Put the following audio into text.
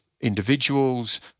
individuals